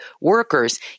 workers